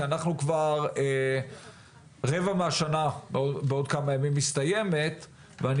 אנחנו כבר רבע מהשנה עוד כמה ימים מסתיימת ואני